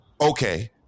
okay